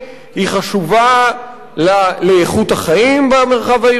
היא חשובה לאיכות החיים במרחב העירוני,